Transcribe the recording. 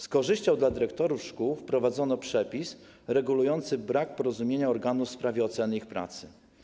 Z korzyścią dla dyrektorów szkół wprowadzono przepis regulujący brak porozumienia organu w sprawie oceny ich pracy.